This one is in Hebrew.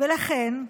לכן,